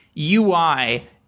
UI